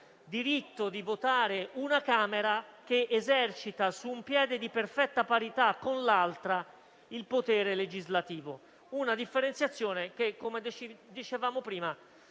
diritto di votare una Camera che esercita, su un piede di perfetta parità con l'altra, il potere legislativo: una differenziazione che, come dicevamo prima,